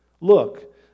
Look